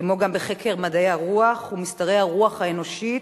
כמו גם בחקר מדעי הרוח ומסתרי הרוח האנושית,